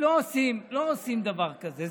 לא עושים דבר כזה.